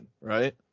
right